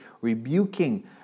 rebuking